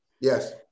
Yes